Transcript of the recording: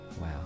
Wow